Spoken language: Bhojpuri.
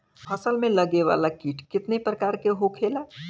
फसल में लगे वाला कीट कितने प्रकार के होखेला?